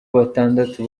batandatu